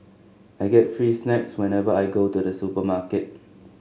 I get free snacks whenever I go to the supermarket